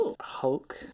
Hulk